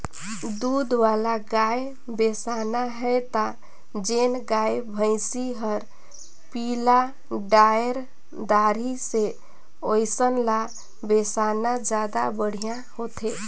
दूद वाला गाय बिसाना हे त जेन गाय, भइसी हर पिला डायर दारी से ओइसन ल बेसाना जादा बड़िहा होथे